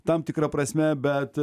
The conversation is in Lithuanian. tam tikra prasme bet